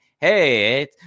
hey